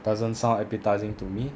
doesn't sound appetising to me